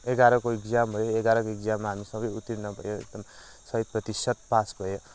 एघारको एक्जाम भयो एघारको एक्जाममा हामी सबै उतिर्ण भयो एकदम सय प्रतिशत पास भयो